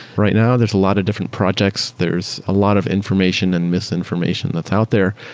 right now, there's a lot of different projects, there's a lot of information and misinformation that's out there.